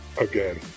Again